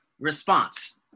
response